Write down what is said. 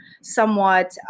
somewhat